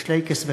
בשלייקעס,